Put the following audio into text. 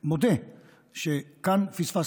לא מספקות, אני מבקש, אני מודה שכאן פספסתי.